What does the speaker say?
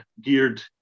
geared